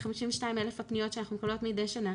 מ-52,000 הפניות שאנחנו מקבלים מדי שנה,